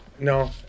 No